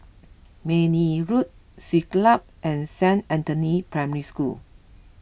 Mayne Road Siglap and Saint Anthony's Primary School